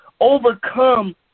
overcome